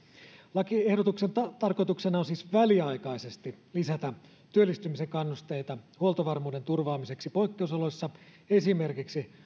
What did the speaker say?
lakiehdotuksen tarkoituksena on siis väliaikaisesti lisätä työllistymisen kannusteita huoltovarmuuden turvaamiseksi poikkeusoloissa esimerkiksi